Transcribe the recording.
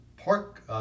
pork